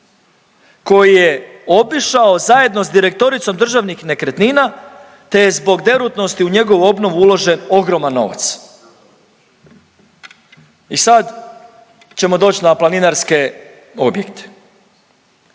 koji je obišao zajedno s direktoricom državnih nekretnina, te je zbog derutnosti u njegovu obnovu uložen ogroman novac i sad ćemo doć na planinarske objekte.